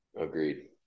Agreed